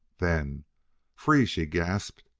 then free! she gasped.